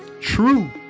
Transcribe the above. true